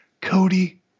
Cody